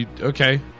Okay